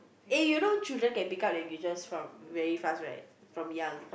eh you know children can pick up languages from very fast right from young